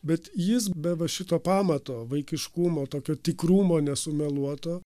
bet jis be va šito pamato vaikiškumo tokio tikrumo nesumeluoto